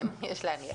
כן, יש להניח.